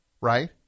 right